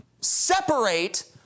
separate